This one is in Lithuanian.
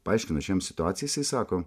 paaiškinau aš jam situaciją jisai sako